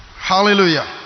Hallelujah